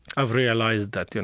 i realized that, and